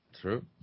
true